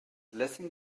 lessing